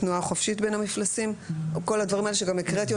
תנועה חופשית בין המפלסים וכל הדברים שהקראתי